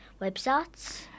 websites